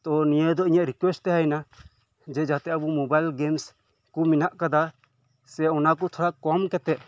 ᱛᱚ ᱱᱤᱭᱟᱹ ᱫᱚ ᱤᱧᱟᱹᱜ ᱨᱤᱠᱩᱭᱮᱥᱴ ᱛᱟᱦᱮᱸᱭᱮᱱᱟ ᱡᱮ ᱡᱟᱛᱮ ᱟᱵᱚ ᱢᱳᱵᱟᱭᱤᱞ ᱜᱮᱢᱥ ᱠᱚ ᱢᱮᱱᱟᱜ ᱠᱟᱫᱟ ᱥᱮ ᱚᱱᱟ ᱠᱚ ᱛᱷᱚᱲᱟ ᱠᱚᱢ ᱠᱟᱛᱮᱫ